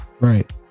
right